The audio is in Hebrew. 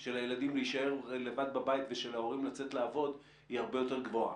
של הילדים להישאר לבד בבית ושל ההורים לצאת לעבוד היא הרבה יותר גבוהה.